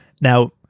Now